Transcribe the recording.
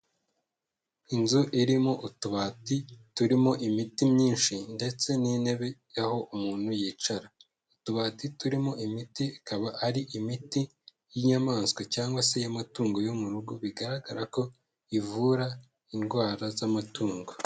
Inzu irimo utubati turimo imiti myinshi ndetse n'intebe aho umuntu yicara, utubati turimo imiti ikaba ari imiti y'inyamaswa cyangwa se iy'amatungo yo mu rugo, bigaragara ko ivura indwara z'amatungo.